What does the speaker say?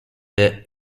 est